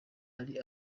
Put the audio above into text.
ari